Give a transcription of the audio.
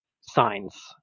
signs